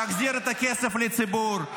תחזיר את הכסף לציבור,